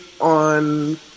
on